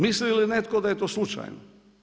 Misli li netko da je to slučajno?